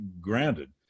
granted